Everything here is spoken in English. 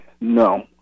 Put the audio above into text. no